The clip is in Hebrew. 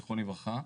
זיכרונו לברכה,